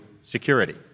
security